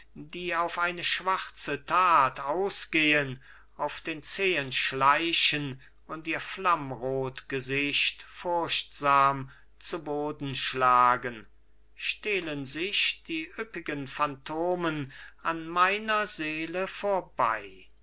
die auf eine schwarze tat ausgehen auf den zehen schleichen und ihr flammrot gesicht furchtsam zu boden schlagen stehlen sich die üppigen phantomen an meiner seele vorbei